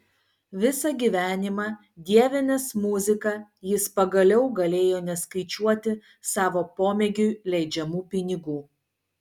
visą gyvenimą dievinęs muziką jis pagaliau galėjo neskaičiuoti savo pomėgiui leidžiamų pinigų